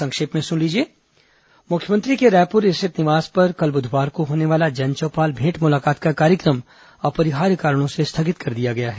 संक्षिप्त समाचार मुख्यमंत्री के रायपुर स्थित निवास में कल बुधवार को होने वाला जनचौपाल भेंट मुलाकात का कार्यक्रम अपरिहार्य कारणों से स्थगित कर दिया गया है